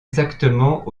exactement